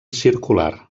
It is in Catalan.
circular